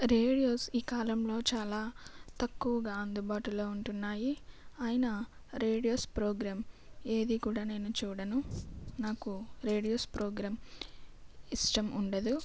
radios ఈ కాలంలో చాలా తక్కువగా అందుబాటులో ఉంటున్నాయి అయిన రేడియోస్ ప్రోగ్రామ్ ఏది కూడా నేను చూడను నాకు రేడియోస్ ప్రోగ్రామ్ ఇష్టం ఉండదు